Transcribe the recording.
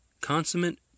Consummate